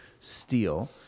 steel